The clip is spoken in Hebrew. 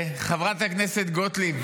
חברת הכנסת גוטליב.